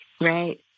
right